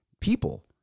people